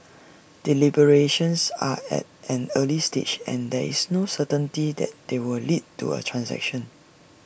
deliberations are at an early stage and there is no certainty that they will lead to A transaction